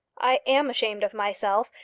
i am ashamed of myself,